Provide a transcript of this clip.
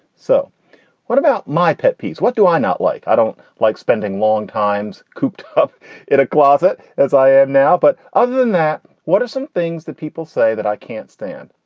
so what about my pet peeves? what do i not like? i don't like spending long times cooped up in a closet as i am now. but other than that. what are some things that people say that i can't stand?